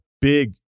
big